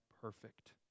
perfect